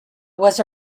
was